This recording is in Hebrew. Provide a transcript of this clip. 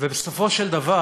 כל הכבוד,